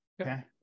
okay